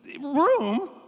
room